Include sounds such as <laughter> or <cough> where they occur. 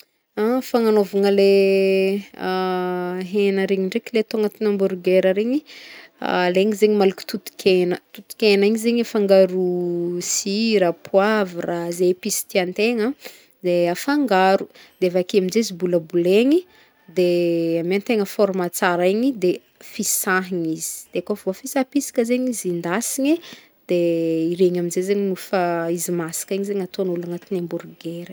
<hesitation> Fagnagnaovana le <hesitation> an <hesitation> hena regny ndraiky, le atao agnatin'ny hamburger regny, <hesitation> alaigny zegny malaka totonkena, tontonkena igny zegny afangaro <hesitation> sira, poivre, ze epice tiàntegna, de afangaro, de avake amzay izy bolabolaigny, de <hesitation> ameantegna forme tsara igny, de fisahigna izy de kaofa fisapisaka zegny izy, hindasigna e de <hesitation> iregny amzay zegny no fa- izy masaka igny zegny ataognao agnatin'ny hamburger.